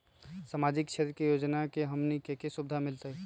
सामाजिक क्षेत्र के योजना से हमनी के की सुविधा मिलतै?